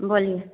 बोलिए